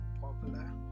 popular